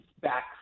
back